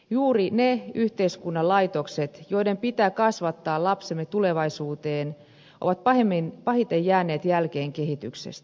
juuri ne yhteiskunnan laitokset joiden pitää kasvattaa lapsemme tulevaisuuteen ovat pahiten jääneet jälkeen kehityksestä